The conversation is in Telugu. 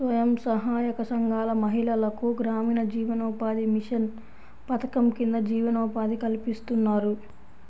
స్వయం సహాయక సంఘాల మహిళలకు గ్రామీణ జీవనోపాధి మిషన్ పథకం కింద జీవనోపాధి కల్పిస్తున్నారు